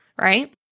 right